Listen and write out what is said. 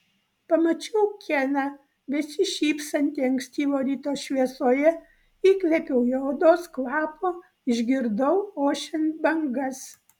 pamačiau keną besišypsantį ankstyvo ryto šviesoje įkvėpiau jo odos kvapo išgirdau ošiant bangas